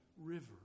river